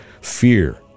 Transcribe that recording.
Fear